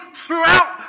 throughout